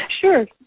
Sure